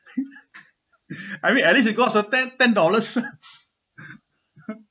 I mean at least you got so ten ten dollars